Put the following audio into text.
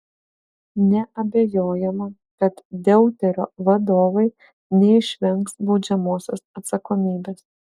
neabejojama kad deuterio vadovai neišvengs baudžiamosios atsakomybės